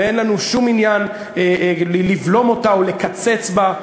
ואין לנו שום עניין לבלום אותה או לקצץ בה,